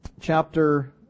chapter